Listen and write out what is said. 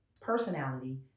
personality